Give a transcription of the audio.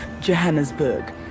Johannesburg